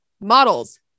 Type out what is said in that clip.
models